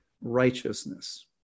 righteousness